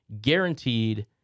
guaranteed